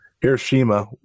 Hiroshima